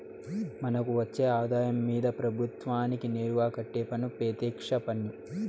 మనకు వచ్చే ఆదాయం మీద ప్రభుత్వానికి నేరుగా కట్టే పన్ను పెత్యక్ష పన్ను